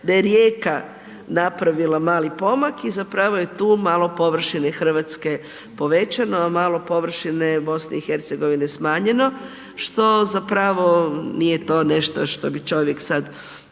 da je rijeka napravila mali pomak i zapravo je tu malo površine RH povećano, a malo površine BiH je smanjeno, što zapravo nije to nešto što bi čovjek sad